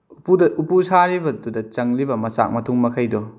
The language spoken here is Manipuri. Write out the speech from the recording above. ꯎꯄꯨꯗ ꯎꯄꯨ ꯁꯥꯔꯤꯕꯗꯨꯗ ꯆꯪꯂꯤꯕ ꯃꯆꯥꯛ ꯃꯊꯨꯝ ꯃꯈꯩꯗꯣ